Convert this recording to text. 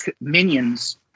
Minions